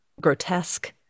grotesque